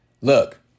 Look